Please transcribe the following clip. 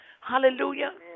Hallelujah